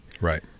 Right